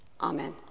Amen